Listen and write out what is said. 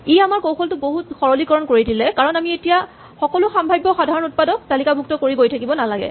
ই আমাৰ কৌশলটো বহুত সৰলীকৰণ কৰি দিলে কাৰণ আমি এতিয়া আমি সকলো সাম্ভাৱ্য সাধাৰণ উৎপাদক তালিকাভুক্ত কৰি গৈ থাকিব নালাগে